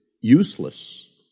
useless